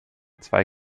zwei